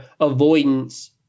avoidance